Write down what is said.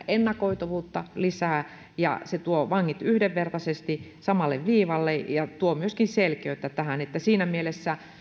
ennakoitavuutta ja se tuo vangit yhdenvertaisesti samalle viivalle ja tuo myöskin selkeyttä tähän siinä mielessä